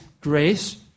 grace